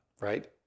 right